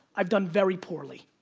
i've done very poorly.